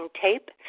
tape